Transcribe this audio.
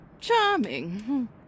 Charming